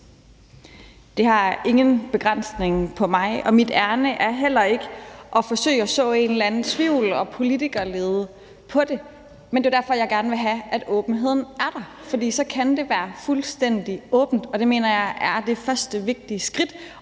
Det har ingen begrænsning for mig, og mit ærinde er heller ikke at forsøge at så en eller anden tvivl og politikerlede med det, men det er derfor, jeg gerne vil have, at åbenheden er der, for så kan det være fuldstændig åbent, og det mener jeg er det første vigtigt skridt.